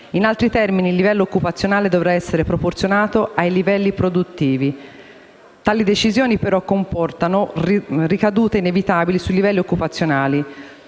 In altri termini, il livello occupazionale dovrà essere proporzionato ai livelli produttivi. Tali decisioni, però, comportano ricadute inevitabili sui livelli occupazionali.